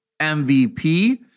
MVP